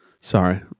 Sorry